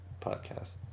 podcast